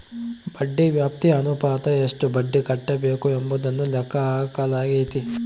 ಬಡ್ಡಿ ವ್ಯಾಪ್ತಿ ಅನುಪಾತ ಎಷ್ಟು ಬಡ್ಡಿ ಕಟ್ಟಬೇಕು ಎಂಬುದನ್ನು ಲೆಕ್ಕ ಹಾಕಲಾಗೈತಿ